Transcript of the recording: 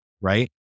Right